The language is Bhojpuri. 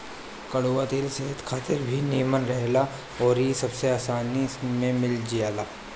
कड़ुआ तेल सेहत खातिर भी निमन रहेला अउरी इ सबसे आसानी में मिल जाला